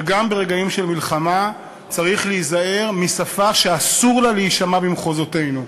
וגם ברגעים של מלחמה צריך להיזהר משפה שאסור לה להישמע במחוזותינו.